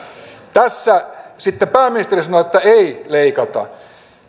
sitten pääministeri sanoi että ei leikata